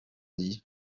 dit